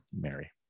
Mary